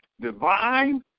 divine